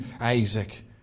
Isaac